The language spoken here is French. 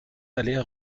allaient